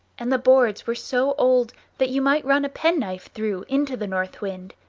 and the boards were so old that you might run a penknife through into the north wind.